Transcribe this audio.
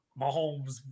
Mahomes